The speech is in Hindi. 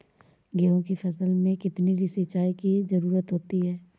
गेहूँ की फसल में कितनी सिंचाई की जरूरत होती है?